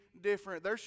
different